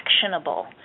actionable